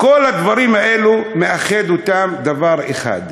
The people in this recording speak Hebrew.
כל הדברים האלה, מאחד אותם דבר אחד: